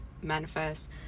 manifest